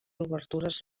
obertures